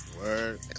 Word